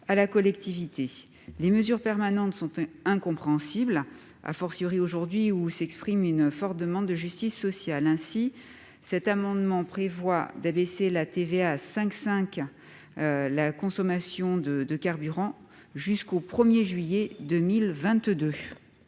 à la collectivité. Les mesures permanentes sont incompréhensibles, aujourd'hui où s'exprime une forte demande de justice sociale. Aussi, cet amendement vise à baisser la TVA sur la consommation de carburants à 5,5 %, jusqu'au 1 juillet 2022.